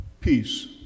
peace